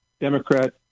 Democrat